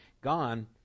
gone